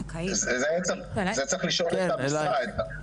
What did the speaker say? זה צריך לשאול את המשרד.